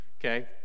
Okay